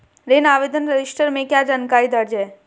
ऋण आवेदन रजिस्टर में क्या जानकारी दर्ज है?